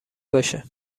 باشه